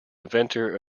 inventor